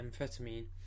amphetamine